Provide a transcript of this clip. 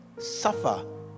suffer